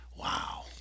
Wow